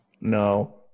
No